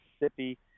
Mississippi